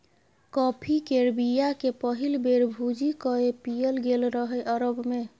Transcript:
coffee केर बीया केँ पहिल बेर भुजि कए पीएल गेल रहय अरब मे